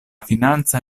financa